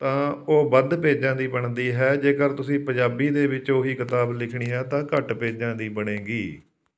ਤਾਂ ਉਹ ਵੱਧ ਪੇਜਾਂ ਦੀ ਬਣਦੀ ਹੈ ਜੇਕਰ ਤੁਸੀਂ ਪੰਜਾਬੀ ਦੇ ਵਿੱਚ ਉਹੀ ਕਿਤਾਬ ਲਿਖਣੀ ਹੈ ਤਾਂ ਘੱਟ ਪੇਜਾਂ ਦੀ ਬਣੇਗੀ